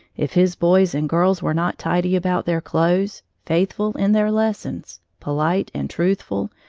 if his boys and girls were not tidy about their clothes, faithful in their lessons, polite, and truthful,